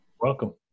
Welcome